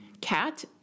cat